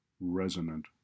resonant